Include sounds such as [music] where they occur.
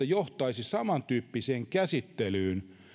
[unintelligible] johtaisi samantyyppiseen käsittelyyn kuin täällä